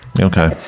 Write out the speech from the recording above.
Okay